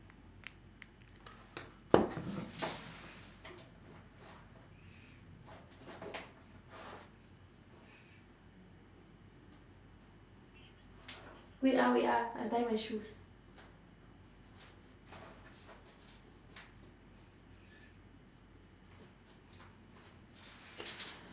wait ah wait ah I'm tying my shoes